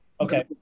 Okay